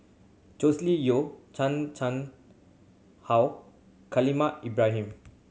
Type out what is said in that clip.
Joscelin Yeo Chan Chang How Khalil Ibrahim